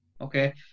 okay